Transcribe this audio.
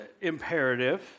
imperative